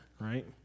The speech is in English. right